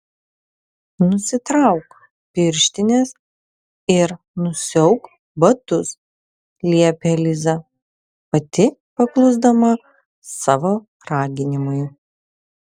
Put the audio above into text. nusitrauk pirštines ir nusiauk batus liepė liza pati paklusdama savo raginimui